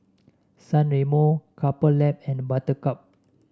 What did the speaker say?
San Remo Couple Lab and Buttercup